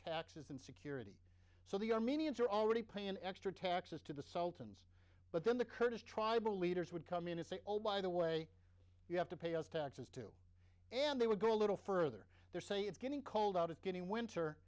taxes and security so the armenians are already paying extra taxes to the sultan's but then the kurdish tribal leaders would come in and say oh by the way you have to pay us taxes too and they would go a little further they're saying it's getting cold out it's getting winter